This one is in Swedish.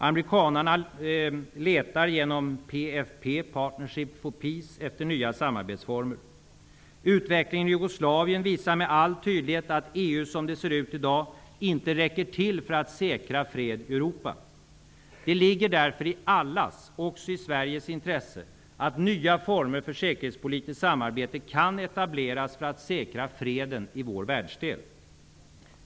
Amerikanarna letar genom PFP -- Partnership For Peace -- efter nya samarbetsformer. Utvecklingen i Jugoslavien visar med all tydlighet att EU som det ser ut i dag inte räcker till för att säkra fred i Europa. Det ligger därför i allas, också i Sveriges, intresse att nya former för säkerhetspolitiskt samarbete kan etableras för att säkra freden i vår världsdel.